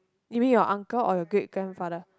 you mean your uncle or your great grandfather